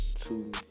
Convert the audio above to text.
two